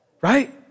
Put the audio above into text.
right